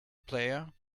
player